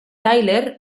tyler